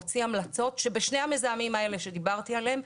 ארגון הבריאות העולמי הוציא המלצות שבשני המזהמים האלה שדיברתי עליהם,